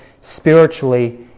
spiritually